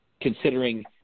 considering